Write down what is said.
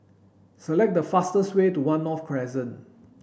select the fastest way to One North Crescent